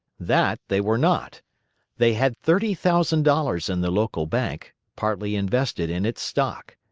that they were not they had thirty thousand dollars in the local bank, partly invested in its stock.